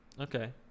Okay